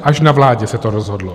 Až na vládě se to rozhodlo.